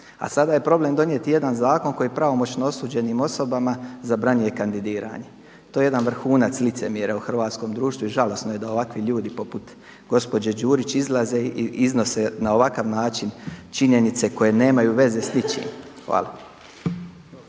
A sada je problem donijeti jedan zakon koji pravomoćno osuđenim osobama zabranjuje kandidiranje. To je jedan vrhunac licemjerja u hrvatskom društvu i žalosno je da ovakvi ljudi poput gospođe Đurići izlaze i iznose na ovakav način činjenice koje nemaju veze s ničim. Hvala.